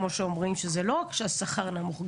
שזה לא רק שהשכר נמוך,